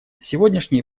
сегодняшние